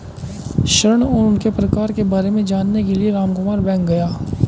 ऋण और उनके प्रकार के बारे में जानने के लिए रामकुमार बैंक गया